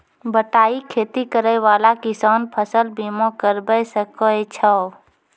बटाई खेती करै वाला किसान फ़सल बीमा करबै सकै छौ?